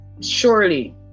surely